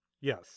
Yes